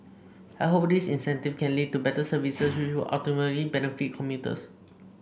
I hope this incentive can lead to better services which would ultimately benefit commuters